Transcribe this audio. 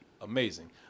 amazing